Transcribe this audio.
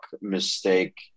mistake